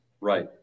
Right